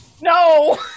No